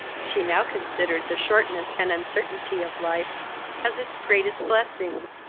she now considered the shortness and uncertainty of life as its greatest blessing,